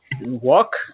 Walk